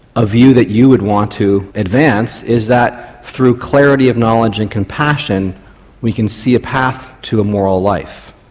a view that you would want to advance, is that through clarity of knowledge and compassion we can see a path to a moral life.